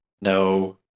No